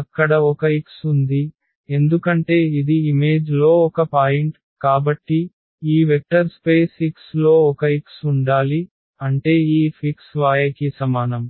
అక్కడ ఒక X ఉంది ఎందుకంటే ఇది ఇమేజ్ లో ఒక పాయింట్ కాబట్టి ఈ వెక్టర్ స్పేస్ X లో ఒక X ఉండాలి అంటే ఈ F x y కి సమానం